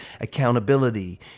accountability